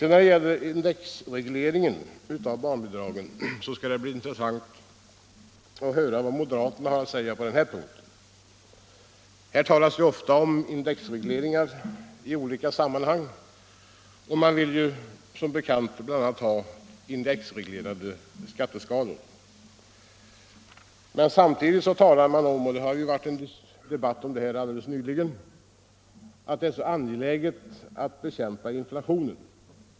Då det gäller indexregleringen av barnbidragen skall det bli intressant att höra vad moderaterna har att säga på den punkten. Här talas ofta om indexreglering i olika sammanhang, och man vill som bekant bl.a. ha indexreglerade skatteskalor. Samtidigt talar man emellertid om — det har ju förts en debatt om det helt nyligen — att det är så angeläget att bekämpa inflationen.